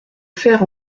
faire